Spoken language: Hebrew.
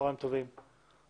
צוהריים טובים מרדכי.